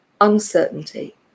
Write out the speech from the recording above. uncertainty